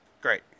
Great